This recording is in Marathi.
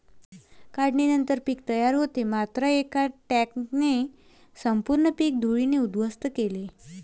काढणीनंतर पीक तयार होते मात्र एका ट्रकने संपूर्ण पीक धुळीने उद्ध्वस्त केले